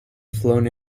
flown